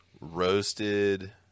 roasted